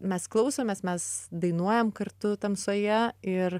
mes klausomės mes dainuojam kartu tamsoje ir